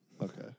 Okay